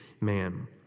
man